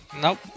Nope